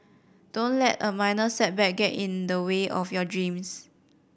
don't let a minor setback get in the way of your dreams